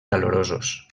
calorosos